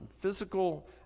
physical